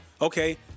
okay